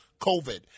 COVID